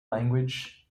language